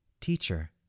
Teacher